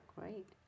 Great